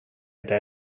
eta